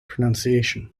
pronunciation